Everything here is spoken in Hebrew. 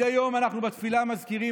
מדי יום אנחנו בתפילה מזכירים,